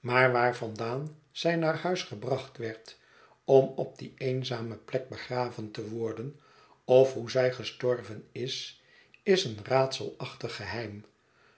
maar waar vandaan zij naar huis gebracht werd om op die eenzame plek begraven te worden of hoe zij gestorven is is een raadselachtig geheim